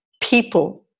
people